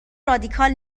رادیکال